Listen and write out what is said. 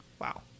Wow